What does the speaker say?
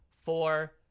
four